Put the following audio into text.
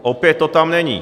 Opět to tam není.